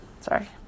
sorry